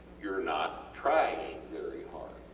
youre not trying very hard